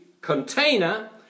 container